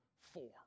four